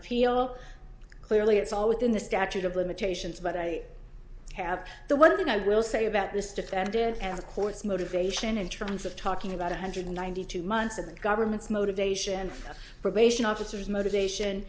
appeal clearly it's all within the statute of limitations but i have the one thing i will say about this defendant and the court's motivation in terms of talking about one hundred ninety two months of the government's motivation for probation officers motivation